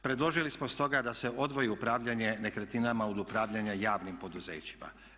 Predložili smo stoga da se odvoji upravljanje nekretninama od upravljanja javnim poduzećima.